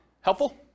Helpful